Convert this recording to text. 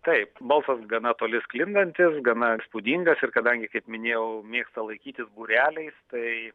taip balsas gana toli sklindantis gana įspūdingas ir kadangi kaip minėjau mėgsta laikytis būreliais tai